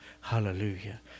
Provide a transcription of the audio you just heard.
Hallelujah